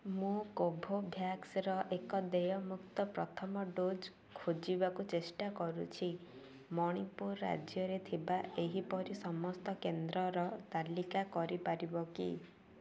ମୁଁ କୋଭୋଭ୍ୟାକ୍ସର ଏକ ଦେୟମୁକ୍ତ ପ୍ରଥମ ଡୋଜ୍ ଖୋଜିବାକୁ ଚେଷ୍ଟା କରୁଛି ମଣିପୁର ରାଜ୍ୟରେ ଥିବା ଏହିପରି ସମସ୍ତ କେନ୍ଦ୍ରର ତାଲିକା କରିପାରିବ କି